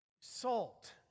Salt